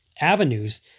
avenues